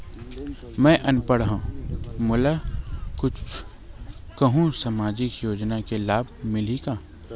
मैं अनपढ़ हाव मोला कुछ कहूं सामाजिक योजना के लाभ मिलही का?